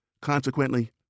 Consequently